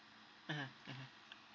mmhmm mmhmm